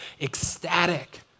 ecstatic